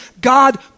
God